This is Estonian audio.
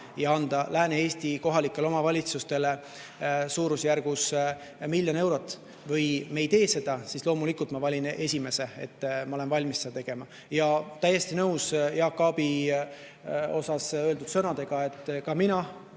ja anda Lääne-Eesti kohalikele omavalitsustele suurusjärgus miljon eurot või me ei tee seda, siis loomulikult ma valin esimese. Ma olen valmis seda tegema. Olen täiesti nõus Jaak Aabi kohta öeldud sõnadega, ka mina